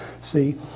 See